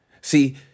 See